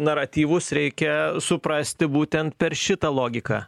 naratyvus reikia suprasti būtent per šitą logiką